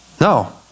No